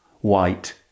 white